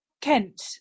Kent